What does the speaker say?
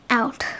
out